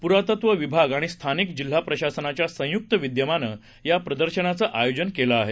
पुरातत्व विभाग आणि स्थानिक जिल्हा प्रशासनाच्या संयुक्त विद्यमानं या प्रदर्शनाचं आयोजन केलं आहे